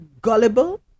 gullible